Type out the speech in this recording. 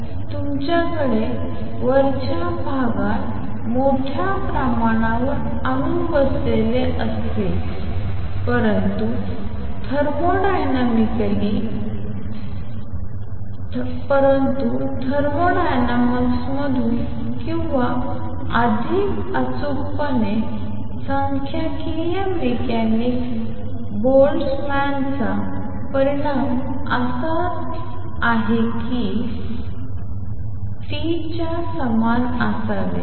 तर तुमच्याकडे वरच्या भागात मोठ्या प्रमाणावर अणू बसलेले असतील परंतु थर्मोडायनामिकली परंतु थर्मोडायनामिक्समधून किंवा अधिक अचूकपणे सांख्यिकीय मेकॅनिक्स बोल्टझमॅनचा परिणाम असा आहे कीN2N1e EkT च्या समान असावे